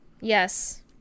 Yes